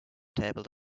table